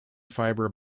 fiber